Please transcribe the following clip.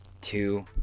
two